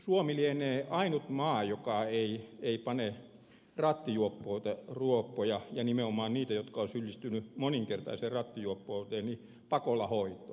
suomi lienee ainut maa joka ei pane rattijuoppoja ja nimenomaan niitä jotka ovat syyllistyneet moninkertaiseen rattijuoppouteen pakolla hoitoon